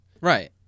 right